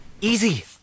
Easy